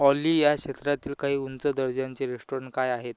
ऑली या क्षेत्रातील काही उंच दर्जांचे रेस्टॉरंट काय आहेत